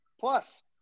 plus